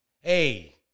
Hey